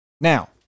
Now